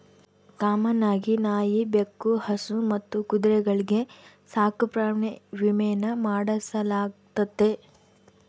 common ಆಗಿ ನಾಯಿ, ಬೆಕ್ಕು, ಹಸು ಮತ್ತು ಕುದುರೆಗಳ್ಗೆ ಸಾಕುಪ್ರಾಣಿ ವಿಮೇನ ಮಾಡಿಸಲಾಗ್ತತೆ